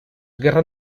guerras